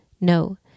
No